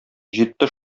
җитте